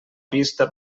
vista